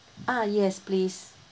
ah yes please